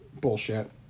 bullshit